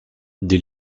des